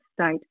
state